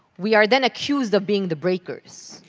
we are then accused of being the breakers.